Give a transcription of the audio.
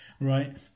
right